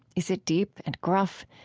is it deep and gruff?